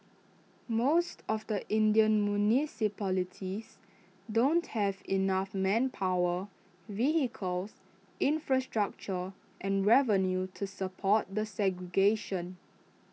most of the Indian municipalities don't have enough manpower vehicles infrastructure and revenue to support the segregation